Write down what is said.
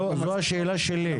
אם